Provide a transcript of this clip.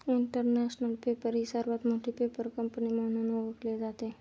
international paper ही सर्वात मोठी पेपर कंपनी म्हणून ओळखली जाते